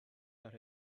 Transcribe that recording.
that